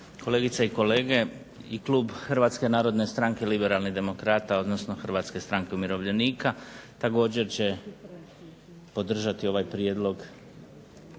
kolegice i kolege. I klub Hrvatske narodne stranke-Liberalni demokrata odnosno Hrvatske stranke umirovljenika također će podržati ovaj Prijedlog